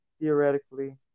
theoretically